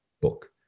book